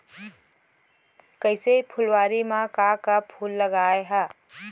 कइसे फुलवारी म का का फूल लगाय हा?